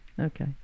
okay